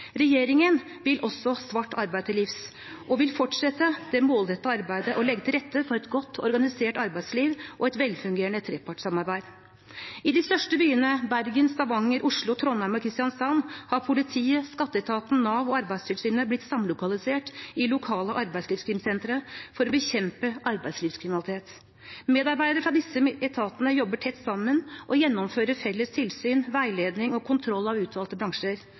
Regjeringen vil også svart arbeid til livs og vil fortsette det målrettede arbeidet med å legge til rette for et godt organisert arbeidsliv og et velfungerende trepartssamarbeid. I de største byene, Bergen, Stavanger, Oslo, Trondheim og Kristiansand, har politiet, Skatteetaten, Nav og Arbeidstilsynet blitt samlokalisert i lokale arbeidslivskrimsentre for å bekjempe arbeidslivskriminalitet. Medarbeidere fra disse etatene jobber tett sammen og gjennomfører felles tilsyn, veiledning og kontroll av utvalgte bransjer.